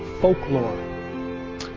folklore